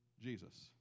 jesus